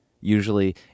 Usually